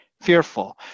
fearful